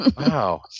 Wow